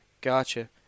gotcha